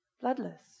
Bloodless